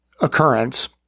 occurrence